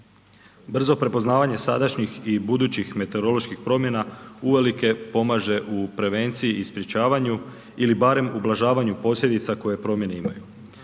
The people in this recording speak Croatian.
Brzo prepoznavanje sadašnjih i budućih meteoroloških promjena uvelike pomaže u prevenciji i sprječavanju ili barem ublažavanju posljedica koje promjene imaju.